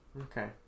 Okay